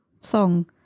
song